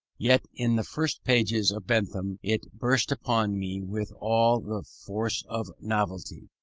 yet in the first pages of bentham it burst upon me with all the force of novelty.